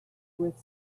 with